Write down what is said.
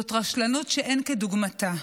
זאת רשלנות שאין כדוגמתה.